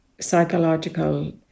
Psychological